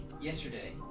Yesterday